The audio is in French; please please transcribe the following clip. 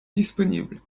disponible